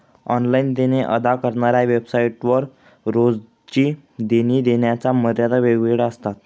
online देणे अदा करणाऱ्या वेबसाइट वर रोजची देणी देण्याच्या मर्यादा वेगवेगळ्या असतात